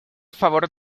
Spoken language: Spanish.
favor